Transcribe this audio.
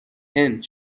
هند